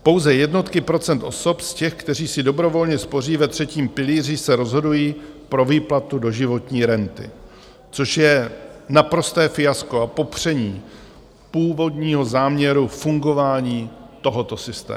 Pouze jednotky procent osob z těch, kteří si dobrovolně spoří ve třetím pilíři, se rozhodují pro výplatu doživotní renty, což je naprosté fiasko a popření původního záměru fungování tohoto systému.